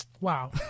wow